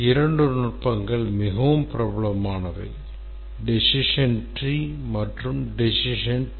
இரண்டு நுட்பங்கள் மிகவும் பிரபலமானவை decision trees மற்றும் decision tables